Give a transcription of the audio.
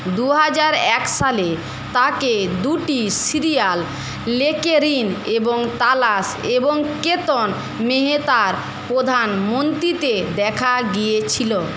দু হাজার এক সালে তাকে দুটি সিরিয়াল লেকেরিন এবং তালাশ এবং কেতন মেহতার প্রধান মন্টটিতে দেখা গিয়েছিল